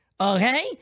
Okay